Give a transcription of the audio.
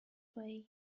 way